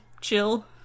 chill